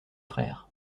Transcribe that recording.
frères